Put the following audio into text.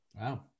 wow